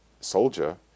soldier